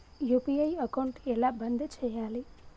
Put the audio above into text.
UPI account ఎలా బంద్ చేయాలి?